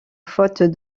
faute